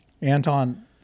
Anton